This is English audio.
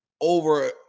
over